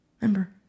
Remember